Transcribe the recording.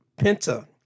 Penta